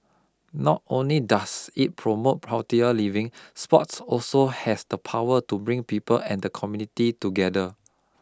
not only does it promote healthier living sports also has the power to bring people and the community together